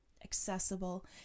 accessible